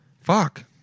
Fuck